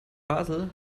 basel